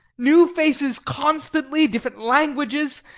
new faces constantly, different languages.